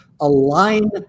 align